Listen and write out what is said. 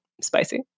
spicy